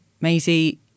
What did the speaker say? Maisie